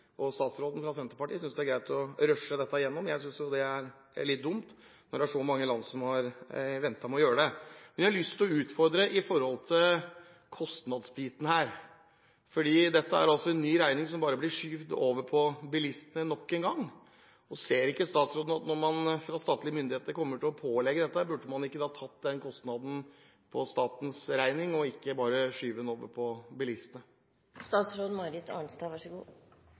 og statsråden fra Senterpartiet – synes det er greit å rushe dette igjennom. Jeg synes jo det er litt dumt når det er så mange land som har ventet med å gjøre det. Jeg har lyst til å utfordre henne når det gjelder kostnadsbiten, for dette er en ny regning som bare – nok en gang – blir skjøvet over på bilistene. Ser ikke statsråden at når statlige myndigheter kommer til å pålegge bilistene dette, burde man ha tatt den kostnaden på statens regning og ikke skyve den over på